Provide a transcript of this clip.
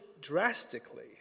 drastically